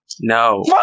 No